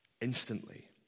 instantly